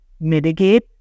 Mitigate